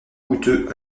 coûteux